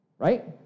right